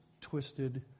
twisted